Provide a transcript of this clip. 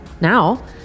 now